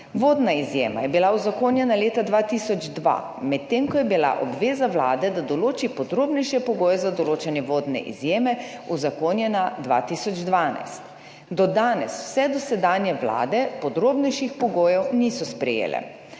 Vodna izjema je bila uzakonjena leta 2002, medtem ko je bila obveza Vlade, da določi podrobnejše pogoje za določanje vodne izjeme, uzakonjena 2012. Do danes vse dosedanje vlade podrobnejših pogojev niso sprejele.